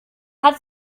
hat